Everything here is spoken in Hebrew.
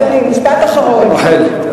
משפט אחרון.